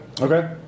Okay